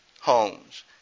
homes